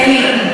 אין לי התנגדות.